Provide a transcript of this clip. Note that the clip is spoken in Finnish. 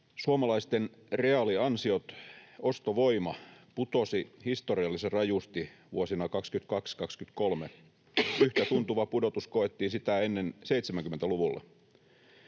Suomalaisten reaaliansiot, ostovoima, putosi historiallisen rajusti vuosina 22—23. Yhtä tuntuva pudotus koettiin sitä ennen 70-luvulla.